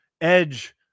edge